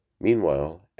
Meanwhile